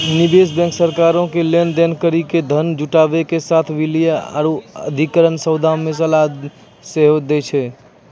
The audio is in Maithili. निवेश बैंक सरकारो के लेन देन करि के धन जुटाबै के साथे विलय आरु अधिग्रहण सौदा मे सलाह सेहो दै छै